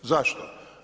Zašto?